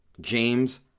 James